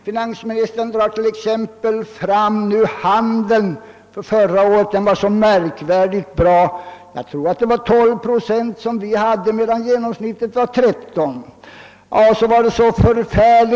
Finansministern drar t.ex. fram föregående års utrikeshandel, som skulle ha varit märkvärdigt bra. Jag vill minnas att den ökade 12 procent medan genomsnittet i Europa låg på 13 procent.